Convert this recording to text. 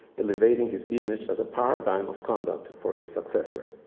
elevating his image as a paradigm of conduct for his successor.